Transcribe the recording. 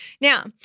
Now